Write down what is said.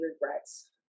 regrets